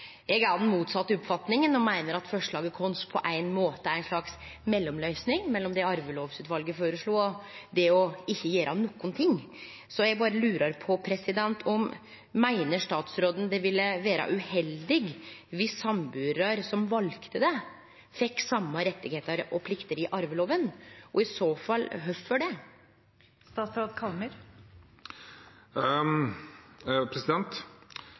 Eg er av den motsette oppfatninga og meiner forslaget vårt er ei slags mellomløysing mellom det Arvelovutvalet føreslo, og det å ikkje gjere nokon ting. Så eg berre lurar på om statsråden meiner det ville vere uheldig viss sambuarar som valde det, fekk same rettar og plikter i arvelova, og i så fall, kvifor? En av jusprofessorene som jeg studerte under, sa at det